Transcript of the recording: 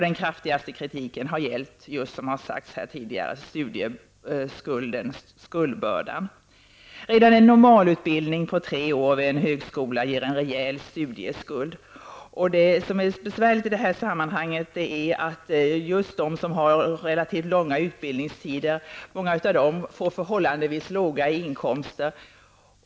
Den kraftigaste kritiken har gällt skuldbördan. Redan en normalutbildning på tre år vid högskola/universitet ger en rejäl studieskuld. Största problemen får de grupper som har en lång utbildning och en förhållandevis låg inkomst.